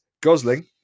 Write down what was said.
Gosling